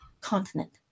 continent